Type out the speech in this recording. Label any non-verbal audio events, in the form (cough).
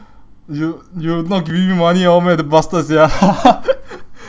you you not giving me money [one] meh damn bastard sia (laughs)